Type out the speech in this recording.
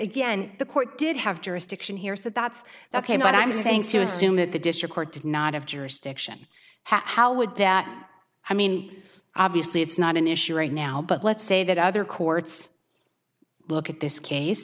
again the court did have jurisdiction here so that's ok but i'm saying to assume that the district court did not have jurisdiction how would that i mean obviously it's not an issue right now but let's say that other courts look at this case